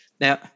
now